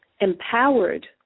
empowered